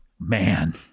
Man